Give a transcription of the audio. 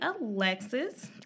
Alexis